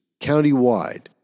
countywide